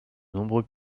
nombreux